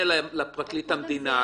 משנה לפרקליט המדינה,